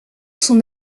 son